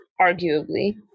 arguably